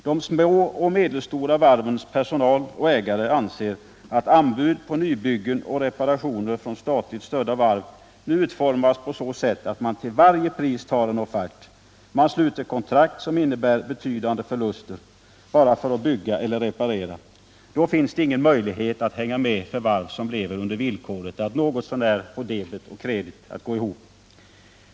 De små och medelstora varvens personal och ägare anser att anbud på nybyggen och reparationer från statligt stödda varv visar att de till varje pris tar en offert. De sluter kontrakt som innebär betydande förluster bara för att få bygga eller reparera. Det finns då ingen möjlighet att hänga med för varv som lever under villkoret att något så när få debet och kredit att gå ihop.